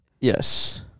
Yes